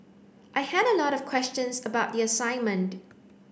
I had a lot of questions about the assignment